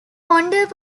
ponder